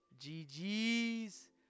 GG's